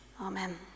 Amen